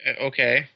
Okay